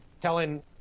telling